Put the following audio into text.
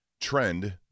trend